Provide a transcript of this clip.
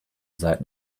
seiten